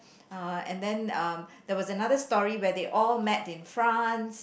uh and then um there was another story where they all met in France